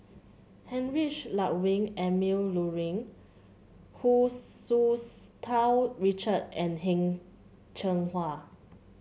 Heinrich Ludwig Emil Luering Hu Tsu Tau Richard and Heng Cheng Hwa